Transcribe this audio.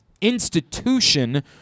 institution